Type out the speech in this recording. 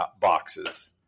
boxes